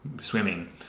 Swimming